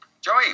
Joey